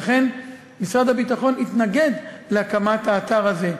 שאכן משרד הביטחון התנגד להקמת האתר הזה.